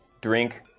drink